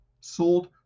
sold